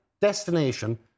destination